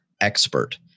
expert